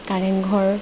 Kareng Ghar